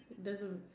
doesn't make